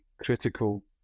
critical